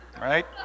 Right